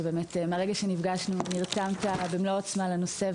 מהרגע שנפגשנו נרתמת במלוא העוצמה לנושא.